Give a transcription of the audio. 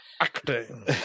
acting